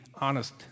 honest